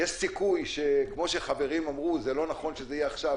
יש סיכוי שכמו שחברים אמרו: זה לא נכון שזה יהיה עכשיו,